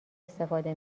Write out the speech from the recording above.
استفاده